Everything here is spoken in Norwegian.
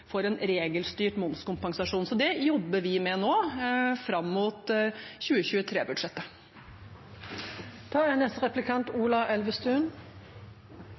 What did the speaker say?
for en regelstyrt momskompensasjon, så det jobber vi med nå fram mot